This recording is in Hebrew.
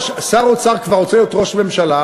שר האוצר כבר רוצה להיות ראש ממשלה,